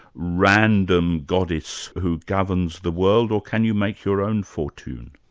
random goddess who governs the world, or can you make your own fortune?